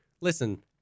listen